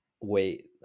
wait